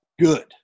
good